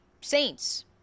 Saints